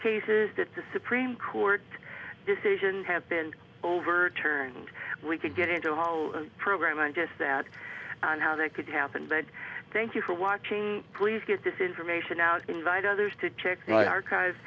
cases that the supreme court decision had been overturned we could get into a whole program on just that and how that could happen but thank you for watching please get this information out invite others to check ou